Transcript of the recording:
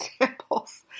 examples